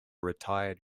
retired